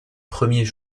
premiers